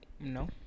No